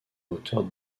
hauteur